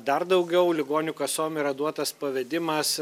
dar daugiau ligonių kasom yra duotas pavedimas